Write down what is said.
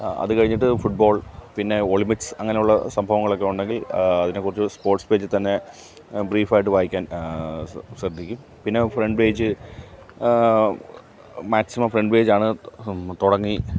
അത് കഴിഞ്ഞിട്ട് ഫുട്ബോൾ പിന്നെ ഒളിമ്പിക്സ് അങ്ങനുള്ള സംഭവങ്ങളൊക്കെ ഉണ്ടെങ്കിൽ അതിനെകുറിച്ച് സ്പോർട്സ് പേജിൽ തന്നെ ബ്രീഫ് ആയിട്ട് വായിക്കാൻ ശ്രദ്ധിക്കും പിന്നെ front page maximum front page ആണ് തുടങ്ങി